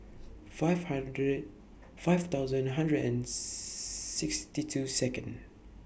five hundred five thousand hundred and sixty two Second